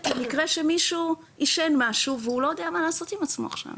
למקרה שמישהו עישן משהו והוא לא יודע מה לעשות עם עצמו עכשיו,